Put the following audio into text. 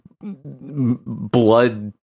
blood